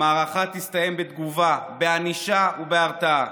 המערכה תסתיים בתגובה, בענישה ובהרתעה.